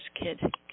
kid